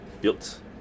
built